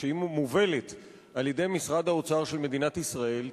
כשהיא מובלת על-ידי משרד האוצר של מדינת ישראל,